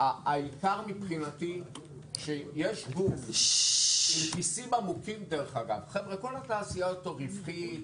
העיקר מבחינתי הוא שיש גוף עם כיסים עמוקים כל התעשייה הזאת רווחית,